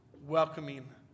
welcoming